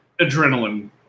adrenaline